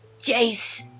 Jace